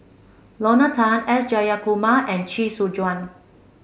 Lorna Tan S Jayakumar and Chee Soon Juan